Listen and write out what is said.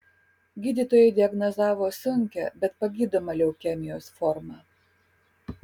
gydytojai diagnozavo sunkią bet pagydomą leukemijos formą